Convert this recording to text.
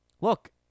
Look